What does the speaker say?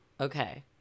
Okay